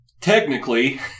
technically